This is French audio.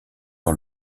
par